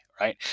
right